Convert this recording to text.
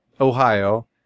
Ohio